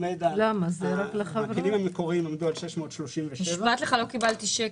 הכלים המקוריים עמדו על 637. נשבעת לך שלא קיבלתי שקל.